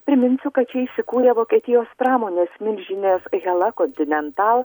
priminsiu kad čia įsikūrė vokietijos pramonės milžinės hela kontinental